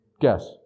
Guess